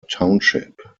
township